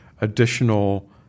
additional